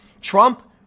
Trump